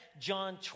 John